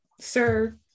Sir